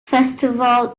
festival